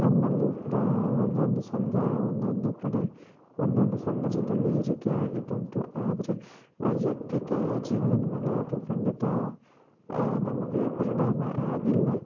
ನಮ್ಮಲ್ಲಿಯೂ ಕೂಡ ಒಂದೊಂದು ಸಮುದಾಯ ಒಂದೊಂದು ಕಡೆ ಒಂದೊಂದು ಸಂದರ್ಭದಲ್ಲಿ ಈ ರೀತಿ ಆಗಿದ್ದುಂಟು ಆದರೆ ವೈಯಕ್ತಿಕ ಜೀವನದ ಮೇಲೆ ಅದು ಖಂಡಿತ ಅದು ನಮಗೆ ಪರಿಣಾಮ ಆಗಿಲ್ಲ